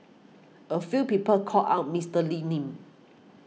a few people called out Mister Lee's name